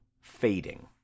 fading